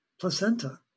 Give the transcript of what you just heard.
placenta